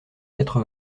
quatre